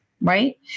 right